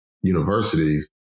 universities